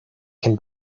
can